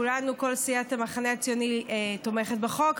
כולנו, כל סיעת המחנה הציוני, תומכים בחוק.